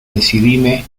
decidíme